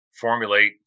formulate